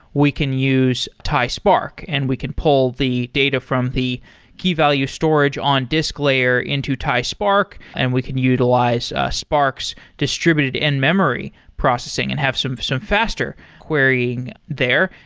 we can use tispark, and we can pull the data from the key value storage on disk layer into tispark and we can utilize spark's distributed in and memory processing and have some some faster querying there.